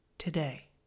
today